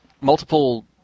multiple